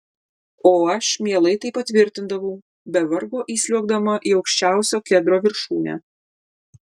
o aš mielai tai patvirtindavau be vargo įsliuogdama į aukščiausio kedro viršūnę